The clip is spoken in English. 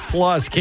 Plus